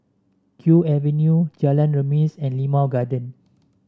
Kew Avenue Jalan Remis and Limau Garden